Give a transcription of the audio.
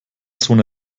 zone